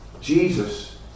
Jesus